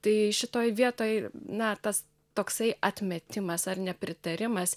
tai šitoj vietoj na tas toksai atmetimas ar nepritarimas